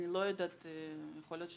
גם יש